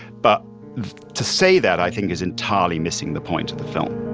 but to say that, i think is entirely missing the point of the film.